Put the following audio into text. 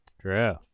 True